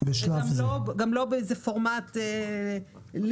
וגם לא לשכור אותו בפורמט של ליסינג.